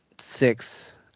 six